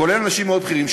כולל אנשים מאוד בכירים,